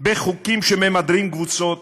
בחוקים שממדרים קבוצות?